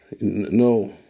No